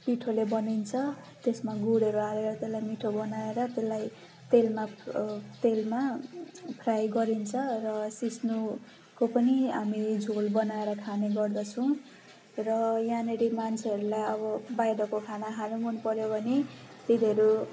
पिठोले बनिन्छ त्यसमा गुँडहरू हालेर त्यसलाई मिठो बनाएर त्यसलाई तेलमा तेलमा फ्राई गरिन्छ र सिस्नुको पनि हामी झोल बनाएर खाने गर्दछौँ र यहाँनिर मान्छेहरूलाई अब बाहिरको खाना खानु मन पऱ्यो भने तिनीहरू